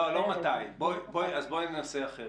לא מתי, אז בואי נעשה אחרת.